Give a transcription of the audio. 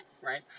right